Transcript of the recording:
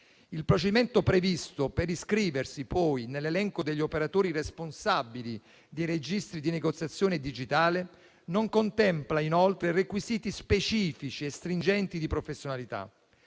Il procedimento previsto per iscriversi poi nell'elenco degli operatori responsabili dei registri di negoziazione digitale non contempla requisiti specifici e stringenti di professionalità,